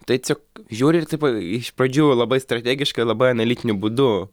tai tiesiog žiūri ir taip iš pradžių labai strategiškai labai analitiniu būdu